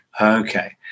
okay